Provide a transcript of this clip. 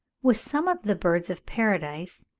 with some of the birds of paradise,